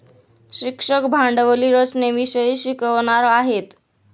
शिक्षक भांडवली रचनेविषयी शिकवणार आहेत